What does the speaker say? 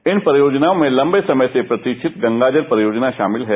इन परियोजनाओं में लम्बे समय से प्रतिक्षित गंगा जल परियोजना शामिल है